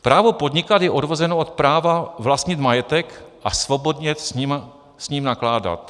Právo podnikat je odvozeno od práva vlastnit majetek a svobodně s ním nakládat.